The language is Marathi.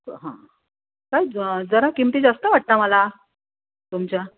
हां का जं जरा किमती जास्त वाटतात मला तुमच्या